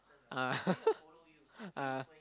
ah ah